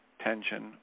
tension